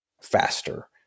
faster